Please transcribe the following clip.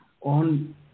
on